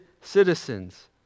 citizens